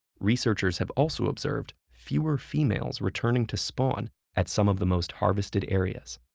researchers have also observed fewer females returning to spawn at some of the most harvested areas.